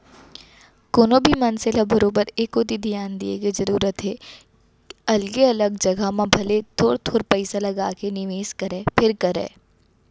कोनो भी मनसे ल बरोबर ए कोती धियान दिये के जरूरत हे अलगे अलग जघा म भले थोर थोर पइसा लगाके निवेस करय फेर करय